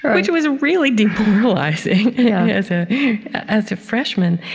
which was really demoralizing yeah as ah as a freshman,